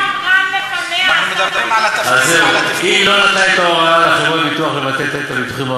גם, לפניה עשה בדיוק את אותם דברים.